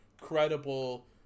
credible